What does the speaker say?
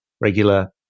regular